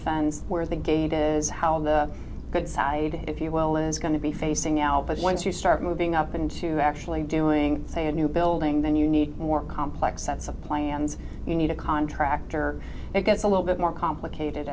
fans where the gate is how the good side if you will is going to be facing now but once you start move being up into actually doing say a new building then you need more complex sets of plans you need a contractor it gets a little bit more complicated